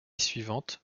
suivante